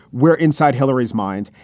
we're inside hillary's mind,